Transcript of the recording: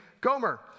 Gomer